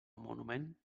monument